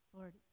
Lord